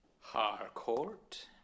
Harcourt